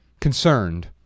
concerned